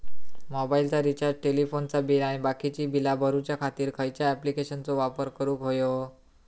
मोबाईलाचा रिचार्ज टेलिफोनाचा बिल आणि बाकीची बिला भरूच्या खातीर खयच्या ॲप्लिकेशनाचो वापर करूक होयो?